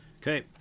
Okay